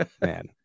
man